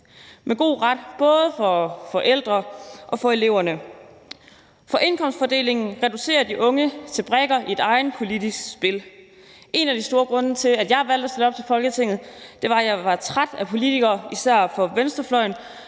med god ret – både for forældrene og for eleverne. For indkomstfordelingen reducerer de unge til brikker i et politisk spil. En af de store grunde til, at jeg valgte at stille op til Folketinget, var, at jeg var træt af politikere, især fra venstrefløjen,